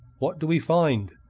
what do we find?